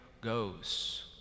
goes